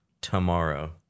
tomorrow